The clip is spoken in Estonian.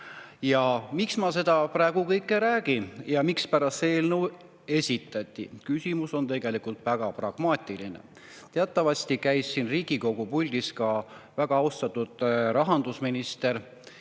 Ja miks ma seda praegu kõike räägin ja mispärast see eelnõu esitati? Küsimus on tegelikult väga pragmaatiline. Teatavasti käis siin Riigikogu puldis ka väga austatud rahandusminister